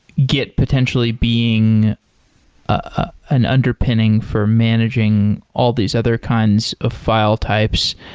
git potentially being ah an underpinning for managing all these other kinds of file types.